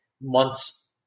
months